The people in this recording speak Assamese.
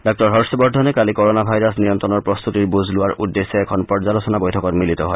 ডাঃ হৰ্ষ বৰ্ধনে কালি কৰোনা ভাইৰাছ নিয়ন্ত্ৰণৰ প্ৰস্তুতিৰ বুজ লোৱাৰ উদ্দেশ্যে এখন পৰ্যালোচনা বৈঠকত মিলিত হয়